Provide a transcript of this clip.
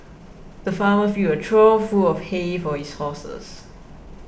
the farmer filled a trough full of hay for his horses